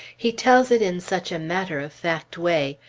he tells it in such a matter-of-fact way!